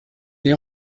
les